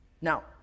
Now